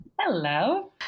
Hello